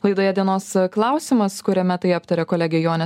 laidoje dienos klausimas kuriame tai aptarė kolegė jonė